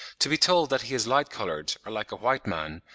to be told that he is light-coloured, or like a white man,